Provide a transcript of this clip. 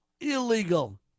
illegal